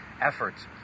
efforts